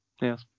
Yes